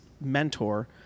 mentor